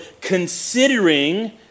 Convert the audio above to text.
considering